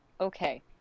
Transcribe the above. Okay